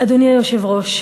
אדוני היושב-ראש,